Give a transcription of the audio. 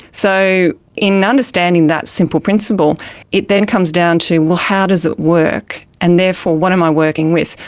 so in understanding that simple principle it then comes down to, well, how does it work, and therefore what am i working with?